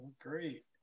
Great